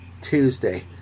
Tuesday